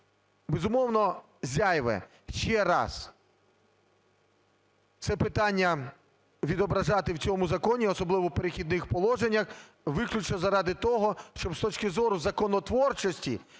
безумовно, зайве ще раз це питання відображати в цьому законі, особливо в "Перехідних положеннях", виключно заради того, щоб, з точки зору законотворчості,